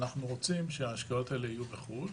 אנחנו רוצים שההשקעות האלה יהיו בחו"ל,